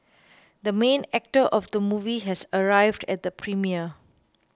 the main actor of the movie has arrived at the premiere